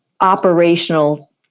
operational